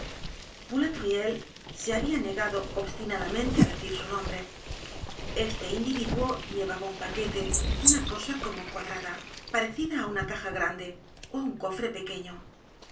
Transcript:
de presidio boulatruelle se habia negado obstinadamente á decir su nombre este individuo llevaba un paquete una cosa como cuadradaparecida á una caja grande ó á un cofre pequeño